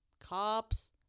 Cops